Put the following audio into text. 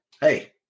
Hey